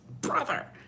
brother